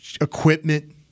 equipment